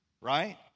right